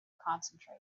concentrate